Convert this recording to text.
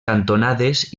cantonades